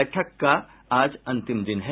बैठक का आज अंतिम दिन है